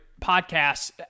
podcasts